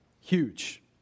Huge